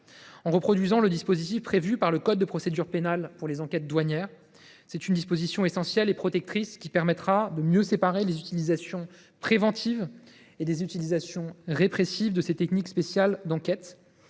en reproduisant le dispositif prévu par le code de procédure pénale pour les enquêtes douanières. Cette disposition essentielle et protectrice permettra de mieux séparer les utilisations préventives et les utilisations répressives de ces techniques spéciales d’enquête